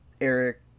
Eric